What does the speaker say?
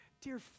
dear